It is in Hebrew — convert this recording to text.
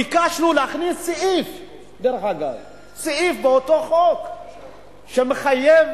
ביקשנו להכניס באותו חוק סעיף שמחייב